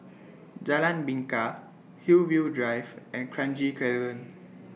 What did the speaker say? Jalan Bingka Hillview Drive and Kranji Crescent